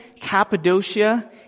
Cappadocia